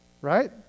right